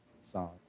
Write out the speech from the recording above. song